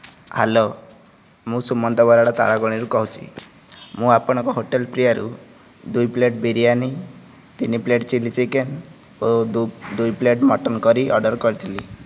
hello ମୁଁ ସୁମନ୍ତ ବରାଳ ତାଳବଣୀରୁ କହୁଛି ମୁଁ ଆପଣଙ୍କ ହୋଟେଲ ପ୍ରିୟାରୁ ଦୁଇ ପ୍ଲେଟ୍ ବିରିୟାନୀ ତିନି ପ୍ଲେଟ୍ ଚିଲି ଚିକେନ ଓ ଦୁଇ ପ୍ଲେଟ୍ ମଟନ କରୀ ଅର୍ଡ଼ର କରିଥିଲି